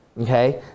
Okay